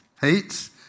hates